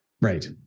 Right